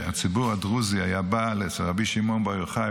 הציבור הדרוזי היה בא אצל רבי שמעון בר יוחאי